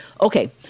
Okay